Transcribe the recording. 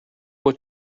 what